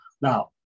Now